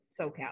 SoCal